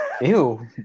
Ew